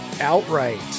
outright